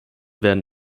während